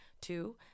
two